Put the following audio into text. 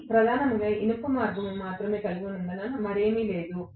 ఇది ప్రధానంగా ఇనుప మార్గం మాత్రమే కలిగి ఉన్నందున మరేమీ లేదు